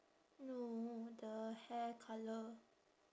no the hair colour